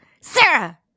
Sarah